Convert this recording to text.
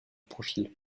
profil